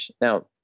Now